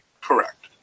Correct